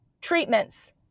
treatments